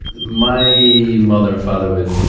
my mother and father would,